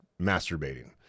masturbating